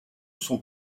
sont